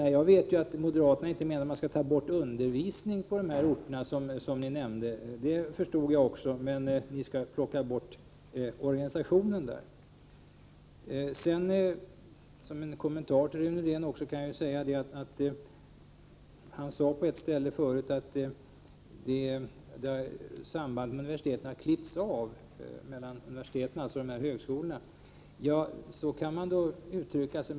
Jag vet mycket väl att moderaterna inte menar att undervisningen skall dras in på de orter som nämnts. Det är organisationen där som ni vill ha bort. Rune Rydén sade tidigare att sambanden mellan universiteten och högskolorna har klippts av. Ja, så kan man uttrycka sig.